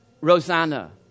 Rosanna